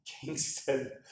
Kingston